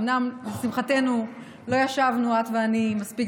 אומנם לשמחתנו לא ישבנו את ואני מספיק